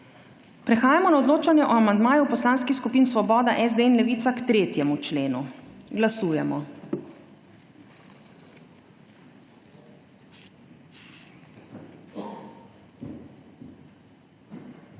Prehajamo na odločanje o amandmaju poslanskih skupin Svoboda, SD in Levica k 3. členu. Glasujemo.